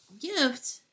gift